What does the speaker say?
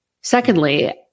secondly